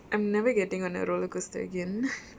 I'm never getting on a roller coaster again